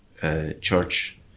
Church